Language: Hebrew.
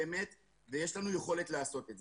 ויש לנו יכולת לעשות את זה.